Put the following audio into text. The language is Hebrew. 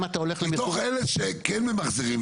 אם אתה הולך למחזור --- מתוך אלה שכן ממחזרים,